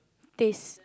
taste